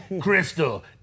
Crystal